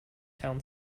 town